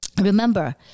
remember